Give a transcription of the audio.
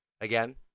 again